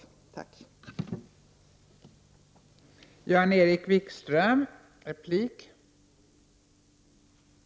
Tack.